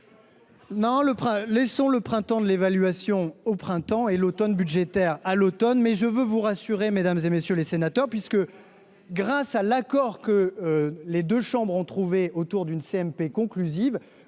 ... Laissons donc le Printemps de l'évaluation au printemps et l'automne budgétaire à l'automne ! Je veux vous rassurer, mesdames, messieurs les sénateurs, grâce à l'accord que les deux chambres ont trouvé autour d'une commission